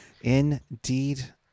indeed